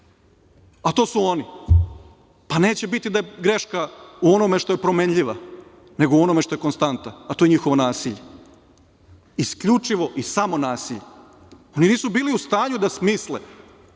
a to su oni, pa neće biti da je greška u onome što je promenljiva, nego u onome što je13/2 TĐ/MJkonstanta, a to je njihovo nasilje, isključivo i samo nasilje. Oni nisu bili u stanju da smisle